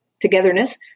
togetherness